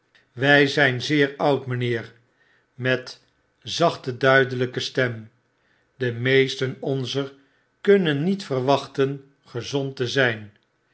wy zijn zeer oud mynheer met zachte duidelyke stem de meesten onzer kunnen niet verwachten gezond te zyn